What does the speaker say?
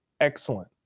excellent